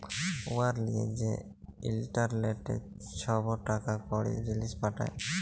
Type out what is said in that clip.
উয়ার লিয়ে যে ইলটারলেটে ছব টাকা কড়ি, জিলিস পাঠায়